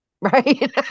Right